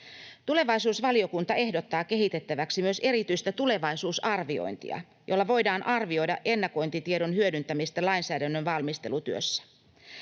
Tulevaisuusvaliokunta ehdottaa kehitettäväksi myös erityistä tulevaisuusarviointia, jolla voidaan arvioida ennakointitiedon hyödyntämistä lainsäädännön valmistelutyössä.